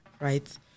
right